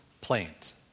planes